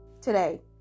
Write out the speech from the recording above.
today